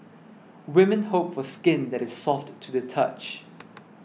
women hope for skin that is soft to the touch